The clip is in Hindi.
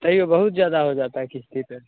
तइयो बहुत ज़्यादा हो जाता है क़िश्त पर